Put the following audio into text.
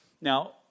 Now